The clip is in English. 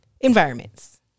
environments